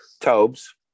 Tobes